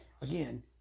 again